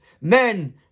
men